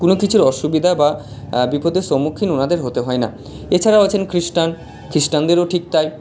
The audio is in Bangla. কোনো কিছুর অসুবিধা বা বিপদের সম্মুখীন ওনাদের হতে হয় না এছাড়াও আছেন খ্রিস্টান খ্রিস্টানদেরও ঠিক তাই